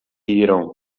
riram